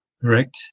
Correct